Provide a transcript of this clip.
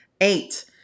eight